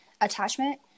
attachment